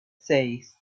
seis